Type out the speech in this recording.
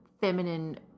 feminine